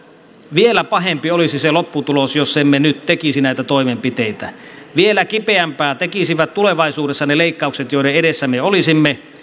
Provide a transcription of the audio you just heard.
vielä pahempi olisi se lopputulos jos emme nyt tekisi näitä toimenpiteitä vielä kipeämpää tekisivät tulevaisuudessa ne leikkaukset joiden edessä me olisimme